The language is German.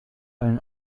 ein